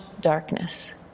darkness